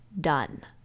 done